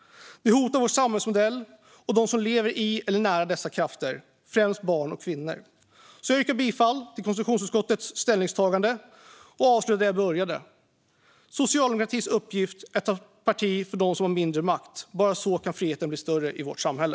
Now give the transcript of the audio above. Det hotar vår samhällsmodell och dem som lever i eller nära dessa krafter - främst barn och kvinnor. Jag yrkar bifall till konstitutionsutskottets ställningstagande och avslutar där jag började: Socialdemokratins uppgift är att ta parti för den som har mindre makt. Bara så kan friheten bli större i vårt samhälle.